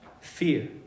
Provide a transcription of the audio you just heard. fear